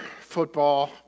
football